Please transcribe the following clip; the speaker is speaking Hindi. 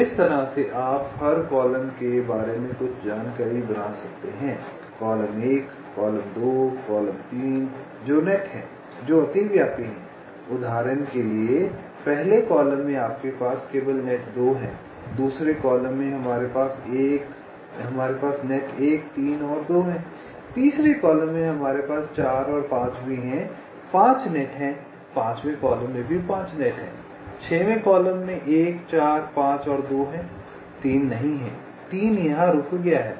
तो इस तरह से आप हर कॉलम के बारे में कुछ जानकारी बना सकते हैं कॉलम 1 कॉलम 2 कॉलम 3 जो नेट हैं जो अतिव्यापी हैं उदाहरण के लिए पहले कॉलम में आपके पास केवल नेट 2 है दूसरे कॉलम में हमारे पास नेट 1 3 और 2 है तीसरे कॉलम में हमारे पास 4 और 5 भी हैं 5 नेट हैं पांचवें कॉलम में भी 5 नेट हैं 6 वें कॉलम में 1 4 5 और 2 है 3 नहीं है 3 यहां रुक गया है